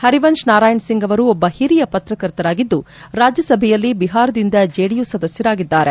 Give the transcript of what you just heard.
ಹರಿವಂಶ್ ನಾರಾಯಣ್ ಸಿಂಗ್ ಅವರು ಒಬ್ಬ ಹಿರಿಯ ಪತ್ರಕರ್ತರಾಗಿದ್ದು ರಾಜ್ಯಸಭೆಯಲ್ಲಿ ಬಿಹಾರದಿಂದ ಜೆಡಿಯು ಸದಸ್ಯರಾಗಿದ್ದಾರೆ